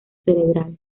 cerebral